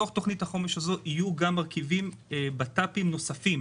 בתוך תוכנית החומש הזו יהיו גם מרכיבי בט"פ נוספים,